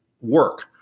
work